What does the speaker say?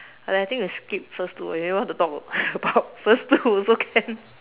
I I think we skip first two or maybe want to talk about about first two also can